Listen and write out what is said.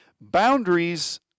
Boundaries